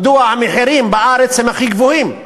מדוע המחירים בארץ הם הכי גבוהים?